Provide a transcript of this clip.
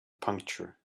puncture